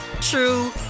true